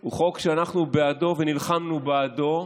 הוא חוק שאנחנו בעדו ונלחמנו בעדו.